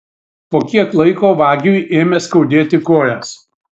po kiek laiko vagiui ėmė skaudėti kojas